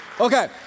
Okay